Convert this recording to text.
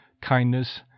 kindness